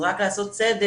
אז רק לעשות סדר,